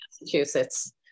Massachusetts